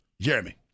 Jeremy